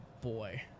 boy